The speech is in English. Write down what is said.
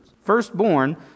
firstborn